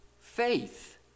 faith